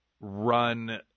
run